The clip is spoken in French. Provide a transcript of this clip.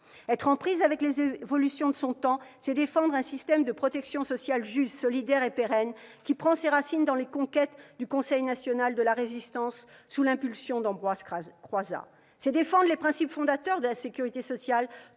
Être en prise avec les évolutions de son temps, c'est défendre un système de protection sociale juste, solidaire et pérenne qui prend ses racines dans les conquêtes du Conseil national de la Résistance, sous l'impulsion d'Ambroise Croizat. C'est défendre les principes fondateurs de la sécurité sociale